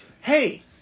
Hey